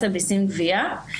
בפקודת המיסים (גבייה).